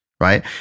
right